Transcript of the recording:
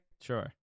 Sure